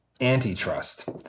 antitrust